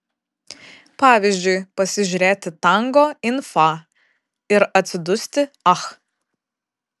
pavyzdžiui pasižiūrėti tango in fa ir atsidusti ach